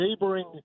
neighboring